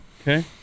Okay